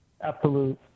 absolute